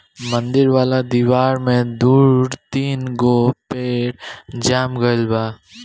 मंदिर वाला दिवार में दू तीन गो पेड़ जाम गइल बा